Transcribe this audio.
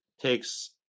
takes